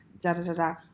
da-da-da-da